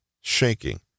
shaking